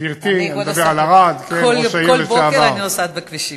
גברתי, אני מדבר על ערד, אני, כבוד השר,